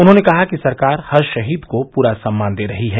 उन्होंने कहा कि सरकार हर शहीद को पूरा सम्मान दे रही है